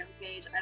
page